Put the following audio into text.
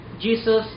Jesus